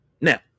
Now